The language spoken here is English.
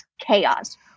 chaos